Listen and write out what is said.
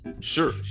Sure